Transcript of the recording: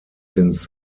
since